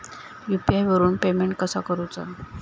UPI वरून payment कसा करूचा?